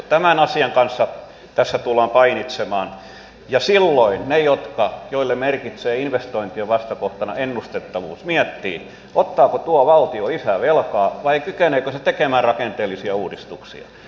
tämän asian kanssa tässä tullaan painimaan ja silloin ne joille merkitsee investointien vastakohtana ennustettavuus miettivät ottaako tuo valtio lisää velkaa vai kykeneekö se tekemään rakenteellisia uudistuksia